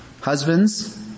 Husbands